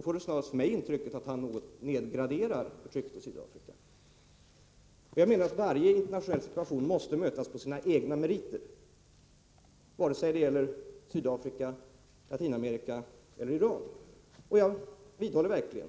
För mig verkar det då snarast som om han något nedgraderar rasförtrycket i Sydafrika. Jag menar att varje internationell situation måste bedömas på grund av sina egna meriter — vare sig det gäller Sydafrika, Latinamerika eller Iran. Jag vidhåller verkligen